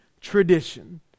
tradition